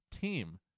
team